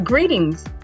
Greetings